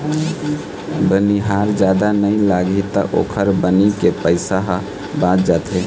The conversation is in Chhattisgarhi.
बनिहार जादा नइ लागही त ओखर बनी के पइसा ह बाच जाथे